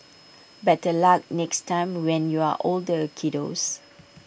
better luck next time when you're older kiddos